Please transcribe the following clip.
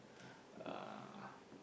uh